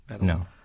No